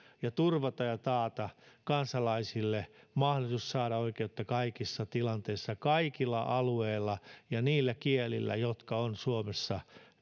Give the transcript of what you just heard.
ja turvata ja taata kansalaisille mahdollisuus saada oikeutta kaikissa tilanteissa kaikilla alueilla ja niillä kielillä jotka ovat suomessa